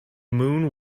moon